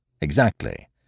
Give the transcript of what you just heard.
Exactly